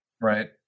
Right